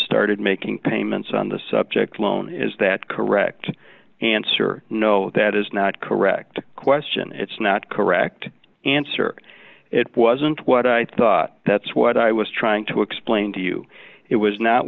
started making payments on the subject loan is that correct answer no that is not correct question it's not correct answer it wasn't what i thought that's what i was trying to explain to you it was not